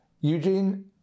Eugene